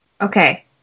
Okay